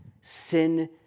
sin